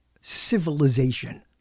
civilization